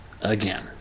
again